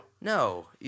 No